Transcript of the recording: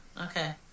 okay